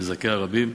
מזכה הרבים,